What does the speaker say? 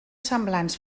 semblants